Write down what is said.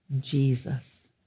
Jesus